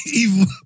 evil